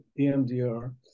EMDR